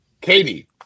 Katie